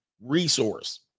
resource